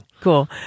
cool